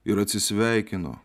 ir atsisveikino